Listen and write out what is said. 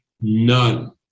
None